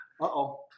Uh-oh